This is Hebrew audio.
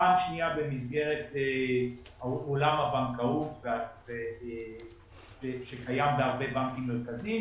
פעם שנייה במסגרת עולם הבנקאות שקיים בהרבה בנקים מרכזיים